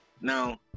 now